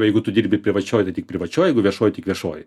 jeigu tu dirbi privačioj tai tik privačioj jeigu viešoj tik viešoj